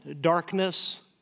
darkness